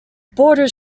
borders